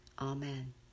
Amen